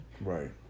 Right